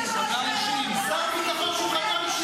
אתה ממשיך לאתרג את צמרת צה"ל ולא מחליף אותה,